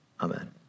Amen